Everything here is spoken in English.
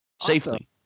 Safely